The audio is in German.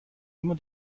immer